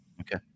Okay